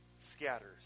scatters